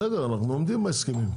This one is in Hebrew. בסדר, אנחנו עומדים בהסכמים.